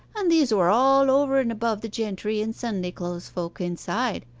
and these were all over and above the gentry and sunday-clothes folk inside.